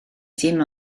dim